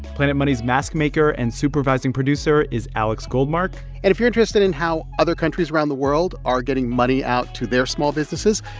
planet money's mask-maker and supervising producer is alex goldmark and if you're interested in how other countries around the world are getting money out to their small businesses,